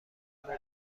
مبله